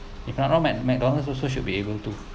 if I'm not wrong mc~ McDonalds also should be able to